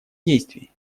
действий